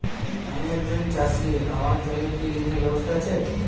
আমি একজন চাষী আমার জন্য কি ঋণের ব্যবস্থা আছে?